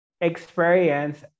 experience